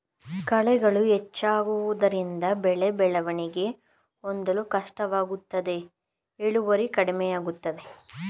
ಕಳೆಗಳು ಹೆಚ್ಚಾಗುವುದರಿಂದ ಬೆಳೆ ಬೆಳವಣಿಗೆ ಹೊಂದಲು ಕಷ್ಟವಾಗುತ್ತದೆ ಇಳುವರಿ ಕಡಿಮೆಯಾಗುತ್ತದೆ